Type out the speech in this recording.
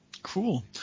Cool